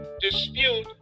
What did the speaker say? dispute